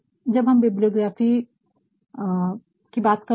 जब हम बिबलियोग्राफीbibliography सन्दर्भ ग्रन्थ सूची की बात करते है